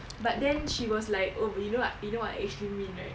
but then she was like oh but you know what you know what I actually mean right